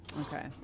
okay